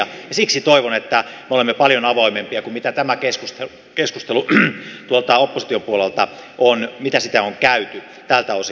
ja siksi toivon että me olemme paljon avoimempia kuin mitä tämä keskustelu tuolta oppositiopuolelta on miten sitä on käyty tältä osin